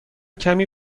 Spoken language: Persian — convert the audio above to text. کمی